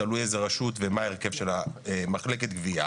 תלוי איזו רשות ומה ההרכב של מחלקת הגבייה